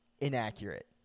inaccurate